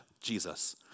Jesus